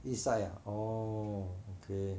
east side orh okay